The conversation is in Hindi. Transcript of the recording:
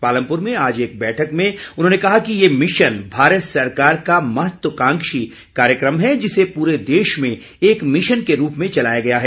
पालमपुर में आज एक बैठक में उन्होंने कहा कि ये मिशन भारत सरकार का महत्वकांक्षी कार्यक्रम है जिसे पूरे देश में एक मिशन के रूप में चलाया गया है